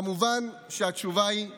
כמובן שהתשובה היא לא.